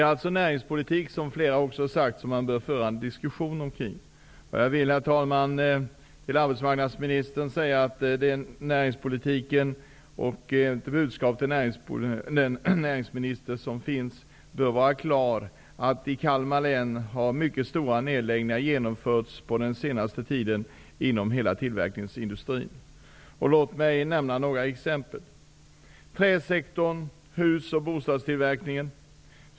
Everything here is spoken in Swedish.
Diskussionen bör, som flera har sagt, föras kring näringspolitiken. Herr talman! Det bör klart framgå i budskapet till näringsministern att under den senaste tiden har det i Kalmar län genomförts stora nedläggningar inom hela tillverkningsindustrin. Låt mig nämna några exempel: träsektorn och husoch bostadstillverkningen.